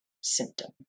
symptom